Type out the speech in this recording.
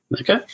Okay